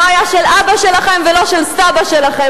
לא היה של אבא שלכם ולא של סבא שלכם.